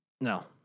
No